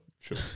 sure